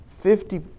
Fifty